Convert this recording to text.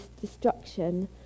destruction